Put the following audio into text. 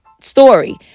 story